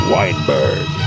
Weinberg